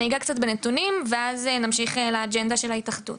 אני אגע קצת בנתונים ואז אנחנו נמשיך לאג'נדה של ההתאחדות.